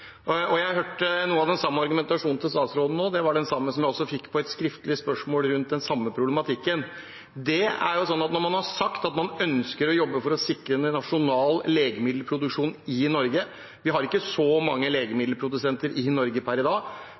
Jeg har hørt noe av den samme argumentasjonen til statsråden før. Det var den samme som jeg fikk på et skriftlig spørsmål om denne problematikken. Man har sagt at man ønsker å jobbe for å sikre nasjonal legemiddelproduksjon i Norge. Vi har ikke så mange legemiddelprodusenter i Norge per i dag,